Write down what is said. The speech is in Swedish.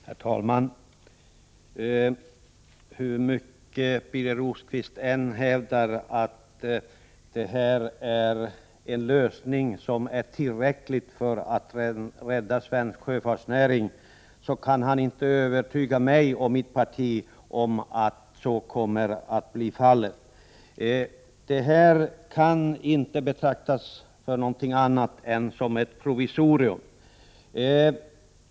Herr talman! Hur mycket Birger Rosqvist än hävdar att det här är en lösning som är tillräcklig för att rädda svensk sjöfartsnäring kan han inte övertyga mig och mitt parti om att så kommer att bli fallet. Det här kan inte betraktas som något annat än ett provisorium.